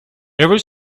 every